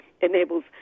enables